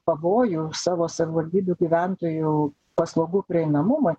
pavojų savo savivaldybių gyventojų paslaugų prieinamumui